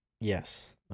Yes